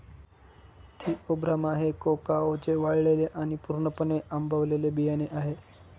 Theobroma हे कोकाओचे वाळलेले आणि पूर्णपणे आंबवलेले बियाणे आहे